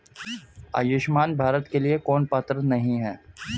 आयुष्मान भारत के लिए कौन पात्र नहीं है?